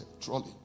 trolley